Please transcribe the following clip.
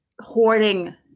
hoarding